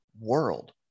world